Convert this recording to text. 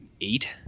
eight